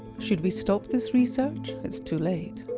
should we stop this research? it's too late.